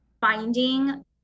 finding